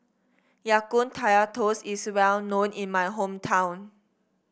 Ya Kun Kaya Toast is well known in my hometown